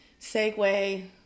segue